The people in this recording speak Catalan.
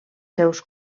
seus